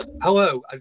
Hello